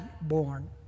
born